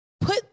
put